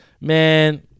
Man